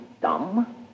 dumb